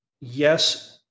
yes